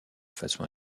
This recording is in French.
façon